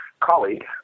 colleague